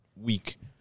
week